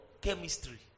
chemistry